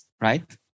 right